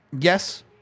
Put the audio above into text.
yes